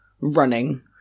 running